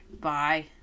Bye